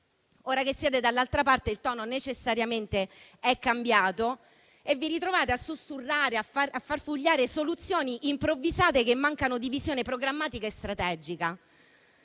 Ora che siete dall'altra parte, il tono necessariamente è cambiato e vi ritrovate a sussurrare e a farfugliare soluzioni improvvisate che mancano di visione programmatica e strategica.